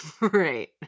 Right